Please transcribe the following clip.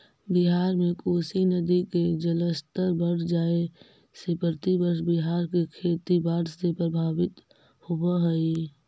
बिहार में कोसी नदी के जलस्तर बढ़ जाए से प्रतिवर्ष बिहार के खेती बाढ़ से प्रभावित होवऽ हई